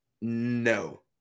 No